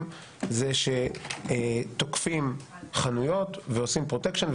זה שתוקפים חנויות ועושים פרוטקשן,